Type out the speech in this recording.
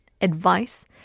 advice